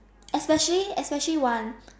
especially especially one